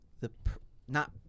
the—not